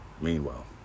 Meanwhile